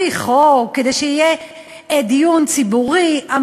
בכלל כאיזה רע הכרחי לחוק קבוע בדלת האחורית וללא דיון ציבורי.